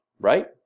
right